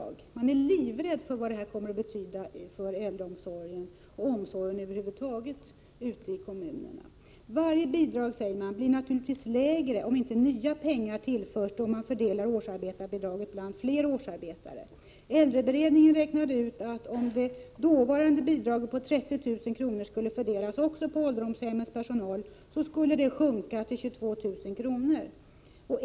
De är oroliga 25 maj 1988 för vad detta kommer att betyda för äldreomsorgen och omsorgen över huvud taget ute i kommunerna. Varje bidrag, säger man, blir naturligtvis lägre om inte nya pengar tillförs då man fördelar årsarbetarbidragen bland fler årsarbetare. Äldreberedningen räknade ut att om det dåvarande bidraget på 30 000 kr. skulle fördelas också på ålderdomshemmens personal skulle det sjunka till 22 000 kr.